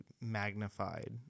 magnified